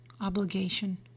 obligation